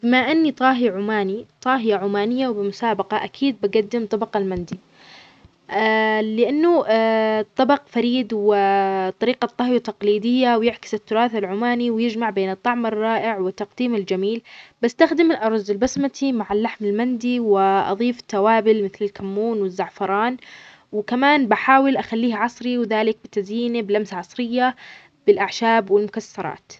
بما أني طاهي عماني طاهية عمانية وبمسابقة أكيد بقدم طبق المندي لانه طبق فريد و طريقة طهيوتقليدية، ويعكس التراث العماني ويجمع بين الطعم الرائع والتقديم الجميل. بأستخدم الأرز البسمتي مع اللحم المندي، وأظيف توابل الكمون والزعفران. وكمان بحأول أخليه عصري وذلك بتزيينه بلمسة عصرية بالأعشاب والمكسرات.